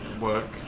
work